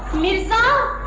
mirza.